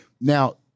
now